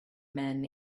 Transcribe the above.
men